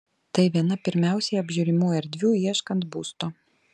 tai viena pirmiausiai apžiūrimų erdvių ieškant būsto